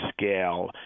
scale